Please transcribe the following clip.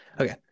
Okay